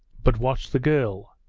but what's the girl?